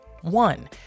One